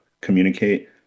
communicate